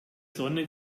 sonne